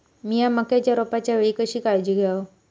मीया मक्याच्या रोपाच्या वेळी कशी काळजी घेव?